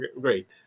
great